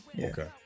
okay